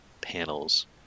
panels –